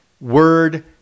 word